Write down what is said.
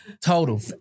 total